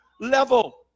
level